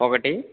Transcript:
ఒకటి